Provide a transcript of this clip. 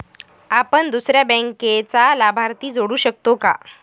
आपण दुसऱ्या बँकेचा लाभार्थी जोडू शकतो का?